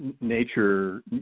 nature